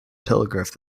telegraph